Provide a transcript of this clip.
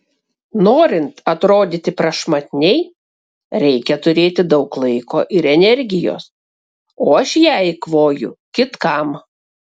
norint atrodyti prašmatniai reikia turėti daug laiko ir energijos o aš ją eikvoju kitkam